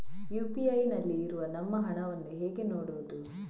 UPI ನಲ್ಲಿ ಇರುವ ನಮ್ಮ ಹಣವನ್ನು ಹೇಗೆ ನೋಡುವುದು?